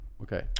Okay